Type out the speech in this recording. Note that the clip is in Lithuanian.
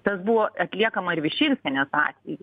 tas buvo atliekama ir višinskienės atveju